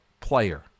player